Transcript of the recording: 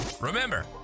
Remember